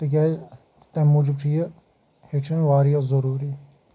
تِکیٛازِ تَمہِ موٗجوٗب چھُ یہِ ہیٚچھُن واریاہ ضوٚروٗری